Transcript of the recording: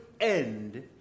end